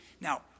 Now